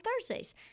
Thursdays